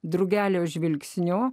drugelio žvilgsniu